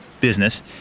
business